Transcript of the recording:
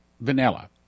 Vanilla